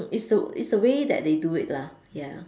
is the is the way that they do it lah ya